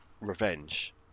revenge